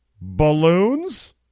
balloons